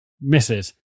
Misses